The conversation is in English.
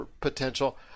potential